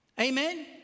amen